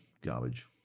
garbage